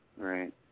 Right